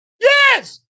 Yes